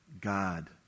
God